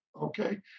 okay